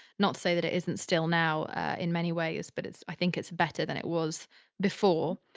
not to say that it isn't still now in many ways, but it's, i think it's better than it was before